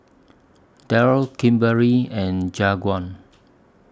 Daryl Kimberlie and Jaquan